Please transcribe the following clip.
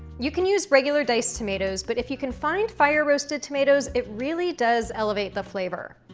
you can use regular diced tomatoes, but if you can find fire-roasted tomatoes, it really does elevate the flavor.